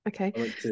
okay